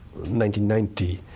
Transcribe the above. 1990